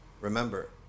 remember